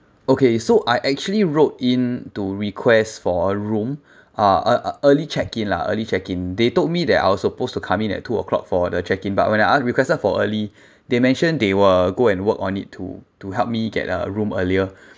okay so I actually wrote in to request for a room uh err uh early check lah early check in they told me that I was supposed to come in at two o'clock for the check in but when I asked requested for early they mentioned they will go and work on it to to help me get a room earlier